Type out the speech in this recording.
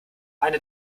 eine